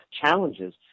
challenges